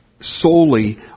solely